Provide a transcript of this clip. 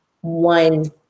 one